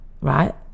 right